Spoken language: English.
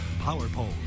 PowerPole